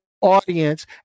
audience